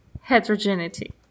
Heterogeneity